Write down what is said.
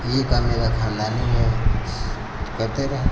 ये काम मेरा खानदानी है तो करते रहें